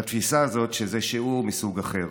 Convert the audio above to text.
לתפיסה הזאת שזה שיעור מסוג אחר.